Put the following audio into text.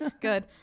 good